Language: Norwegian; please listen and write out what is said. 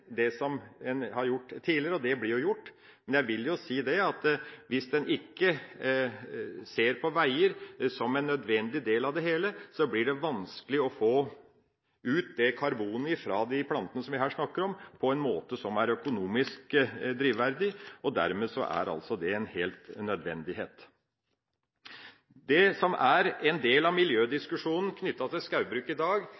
det som en har gjort tidligere – og det blir jo gjort. Men hvis en ikke ser på veier som en nødvendig del av det hele, blir det vanskelig å få ut karbonet fra de plantene som vi snakker om her, på en måte som er økonomisk drivverdig. Dermed er det en nødvendighet. En del av miljødiskusjonen knyttet til skogbruk i dag er